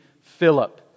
Philip